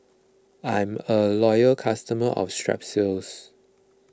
I'm a loyal customer of Strepsils